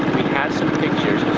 had some pictures,